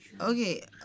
Okay